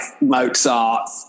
Mozart